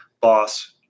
boss